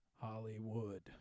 Hollywood